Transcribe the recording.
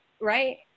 right